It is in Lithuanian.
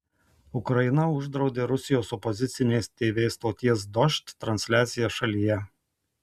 ukraina uždraudė rusijos opozicinės tv stoties dožd transliaciją šalyje